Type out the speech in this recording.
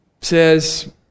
says